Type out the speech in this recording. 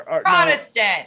Protestant